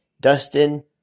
Dustin